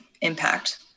impact